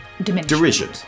derision